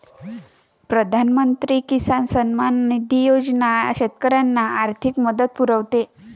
प्रधानमंत्री किसान सन्मान निधी योजना शेतकऱ्यांना आर्थिक मदत पुरवते